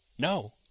No